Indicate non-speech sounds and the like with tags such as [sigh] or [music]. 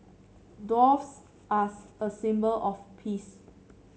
doves are [unintelligible] a symbol of peace